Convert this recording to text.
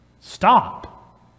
stop